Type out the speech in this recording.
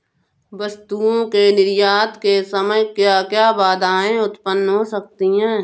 वस्तुओं के निर्यात के समय क्या क्या बाधाएं उत्पन्न हो सकती हैं?